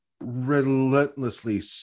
relentlessly